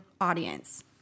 audience